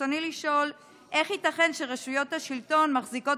ברצוני לשאול: איך ייתכן שרשויות השלטון מחזיקות